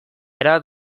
erabat